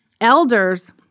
elders